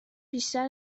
بیشتر